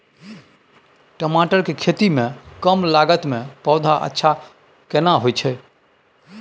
टमाटर के खेती में कम लागत में पौधा अच्छा केना होयत छै?